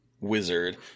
wizard